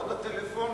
ועוד היו הטלפונים.